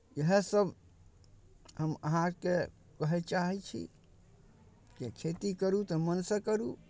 इएहसभ हम अहाँकेँ कहय चाहै छी कि खेती करू तऽ मनसँ करू